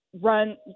run